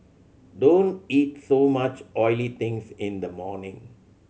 don't eat so much oily things in the morning